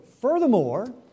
Furthermore